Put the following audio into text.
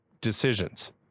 decisions